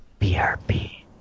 BRP